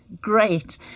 great